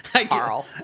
Carl